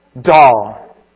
doll